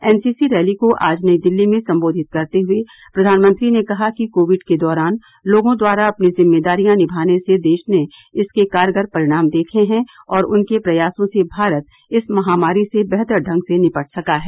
NCC rally को आज नई दिल्ली में सम्बोधित करते हुए प्रधानमंत्री ने कहा कि कोविड के दौरान लोगों द्वारा अपनी जिम्मेदारियां निमाने से देश ने इसके कारगर परिणाम देखें हैं और उनके प्रयासों से भारत इस महामारी से बेहतर ढंग से निपट सका है